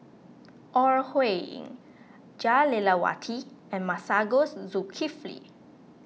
Ore Huiying Jah Lelawati and Masagos Zulkifli